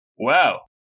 Wow